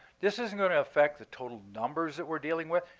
this isn't going to affect the total numbers that we're dealing with.